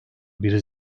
bir